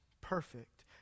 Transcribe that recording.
perfect